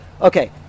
Okay